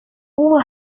all